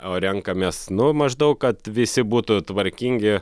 o renkamės nu maždaug kad visi būtų tvarkingi